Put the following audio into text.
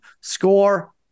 score